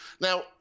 Now